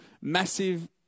massive